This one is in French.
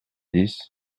dix